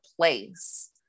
place